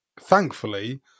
thankfully